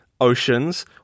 oceans